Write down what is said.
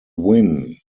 win